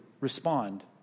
respond